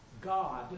God